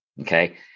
okay